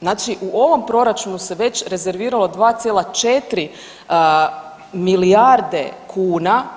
Znači u ovom Proračunu se već rezerviralo 2,4 milijarde kuna.